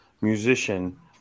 musician